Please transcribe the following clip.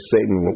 Satan